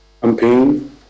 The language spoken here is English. campaign